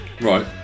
Right